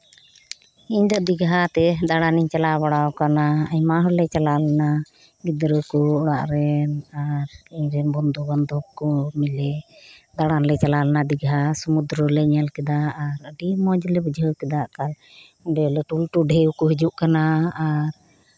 ᱤᱧ ᱫᱚ ᱫᱤᱜᱷᱟ ᱛᱮ ᱫᱟᱬᱟᱱ ᱤᱧ ᱪᱟᱞᱟᱣ ᱵᱟᱲᱟ ᱟᱠᱟᱱᱟ ᱟᱭᱢᱟ ᱦᱚᱲ ᱞᱮ ᱪᱟᱞᱟᱣ ᱞᱮᱱᱟ ᱜᱤᱫᱽᱨᱟᱹ ᱠᱚ ᱚᱲᱟᱜ ᱨᱮᱱ ᱟᱨ ᱤᱧ ᱨᱮᱱ ᱵᱚᱱᱫᱷᱩ ᱵᱟᱱᱫᱷᱚᱵ ᱠᱚ ᱢᱤᱞᱮ ᱫᱟᱬᱟᱱ ᱞᱮ ᱪᱟᱞᱟᱣ ᱞᱮᱱᱟ ᱫᱤᱜᱷᱟ ᱥᱚᱢᱩᱫᱽᱫᱨᱩ ᱨᱮ ᱧᱮᱞ ᱠᱮᱫᱟ ᱟᱨ ᱟᱹᱰᱤ ᱢᱚᱡᱽ ᱞᱮ ᱵᱩᱡᱷᱟᱹᱣ ᱠᱮᱫᱟ ᱮᱠᱟᱞ ᱚᱸᱰᱮ ᱞᱟᱹᱴᱩ ᱞᱟᱹᱴᱩ ᱰᱷᱮᱣ ᱠᱚ ᱦᱤᱡᱩᱜ ᱠᱟᱱᱟ ᱟᱨ